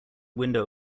window